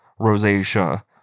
rosacea